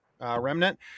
Remnant